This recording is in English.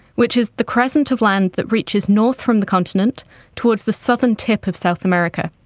which is the crescent of land that reaches north from the continent towards the southern tip of south america.